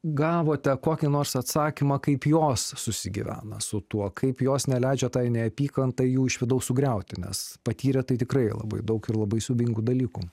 gavote kokį nors atsakymą kaip jos susigyvena su tuo kaip jos neleidžia tai neapykantai jų iš vidaus sugriauti nes patyrę tai tikrai labai daug ir labai siaubingų dalykų